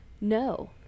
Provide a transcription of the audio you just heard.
no